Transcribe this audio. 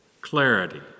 clarity